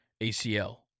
ACL